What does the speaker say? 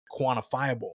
quantifiable